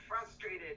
frustrated